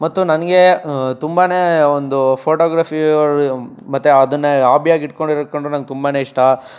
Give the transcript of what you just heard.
ಮತ್ತು ನನಗೆ ತುಂಬನೇ ಒಂದು ಫೋಟೊಗ್ರಫಿ ಮತ್ತೆ ಅದನ್ನೇ ಹಾಬಿಯಾಗಿ ಇಟ್ಕೊಂಡಿರೋರು ಕಂಡರೆ ನಂಗೆ ತುಂಬನೇ ಇಷ್ಟ